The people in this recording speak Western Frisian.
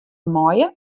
meie